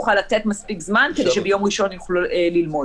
נוכל לתת מספיק זמן כדי שביום ראשון יוכלו ללמוד.